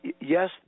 yes